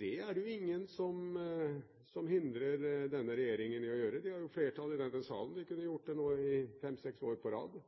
Det er det jo ingen som hindrer denne regjeringen i å gjøre. De har jo flertall i denne salen. De kunne ha gjort det i fem–seks år på rad.